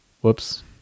Whoops